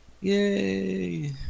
yay